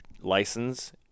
license